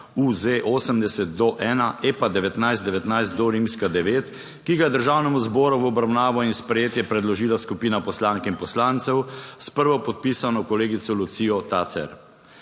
UZ80-1 EPA1919-IX, ki ga je Državnemu zboru v obravnavo in sprejetje predložila skupina poslank in poslancev s prvopodpisano kolegico Lucijo Tacer.